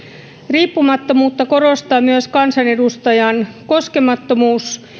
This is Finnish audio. riippumattomuutta korostaa myös kansanedustajan koskemattomuus